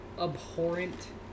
abhorrent